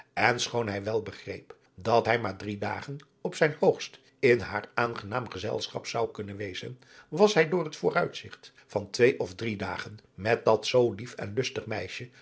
en schoon hij wel begreep dat hij maar drie dagen op zijn hoogst in haar aangenaam gezelschap zou kunnen wezen was hij door het vooruitzigt van twee of drie dagen met dat zoo lief en lustig meisje